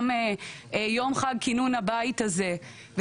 גם יום חג כינון הבית הזה,